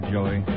Joey